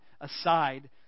aside